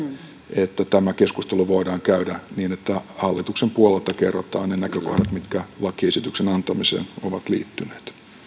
että tämä keskustelu voidaan käydä niin että hallituksen puolelta kerrotaan ne näkökohdat mitkä lakiesityksen antamiseen ovat liittyneet